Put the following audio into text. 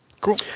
Cool